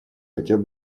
хотел